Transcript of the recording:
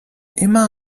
immer